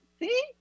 see